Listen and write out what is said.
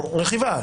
"הכנסה".